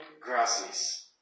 grasses